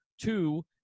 two